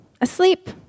Asleep